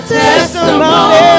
testimony